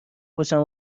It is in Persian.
پشتم